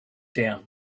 down